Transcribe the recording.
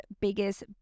biggest